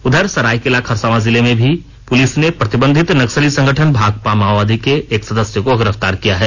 उधर सरायकेला खरसावां जिलें में भी पुलिस ने प्रतिबंधित नक्सली संगठन भाकपा माओवादी के एक सदस्य को गिरफ्तार किया हैं